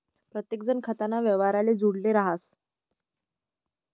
प्रत्येकजण खाताना व्यवहारले जुडेल राहस